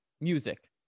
music